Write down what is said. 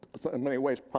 but so in many ways,